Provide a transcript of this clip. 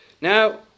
Now